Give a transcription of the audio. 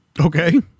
Okay